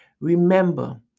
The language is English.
Remember